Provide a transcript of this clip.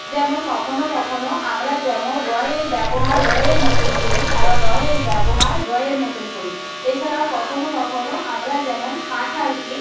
যেমন কখনও কখনও আমরা যেমন র এর ব্যবহার ড় এর মতন করি আবার ড় এর ব্যবহার র এর মতন করি এছাড়াও কখনও কখনও আমরা যেমন কাঁঠালকে